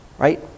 Right